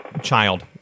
child